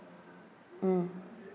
mm